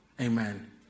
Amen